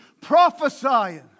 prophesying